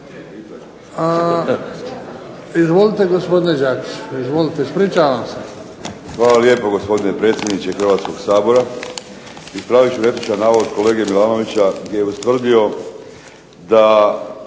Izvolite gospodine Đakiću. Izvolite, ispričavam se. **Đakić, Josip (HDZ)** Hvala lijepo gospodine predsjedniče Hrvatskog sabora. Ispravit ću netočan navod kolege Milanovića gdje je ustvrdio da